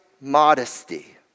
modesty